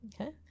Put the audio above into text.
Okay